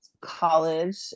college